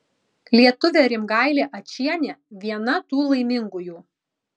lietuvė rimgailė ačienė viena tų laimingųjų